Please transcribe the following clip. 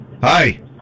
Hi